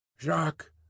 Jacques